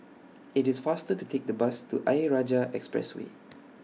IT IS faster to Take The Bus to Ayer Rajah Expressway